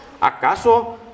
¿Acaso